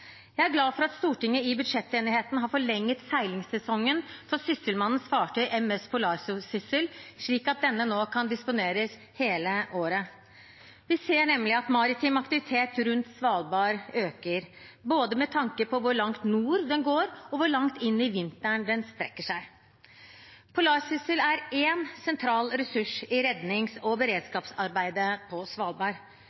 Jeg er glad for at Stortinget i budsjettenigheten har forlenget seilingssesongen for Sysselmannens fartøy M/S «Polarsyssel», slik at denne nå kan disponeres hele året. Vi ser nemlig at maritim aktivitet rundt Svalbard øker, både med tanke på hvor langt nord den går, og hvor langt inn i vinteren den strekker seg. «Polarsyssel» er én sentral ressurs i rednings- og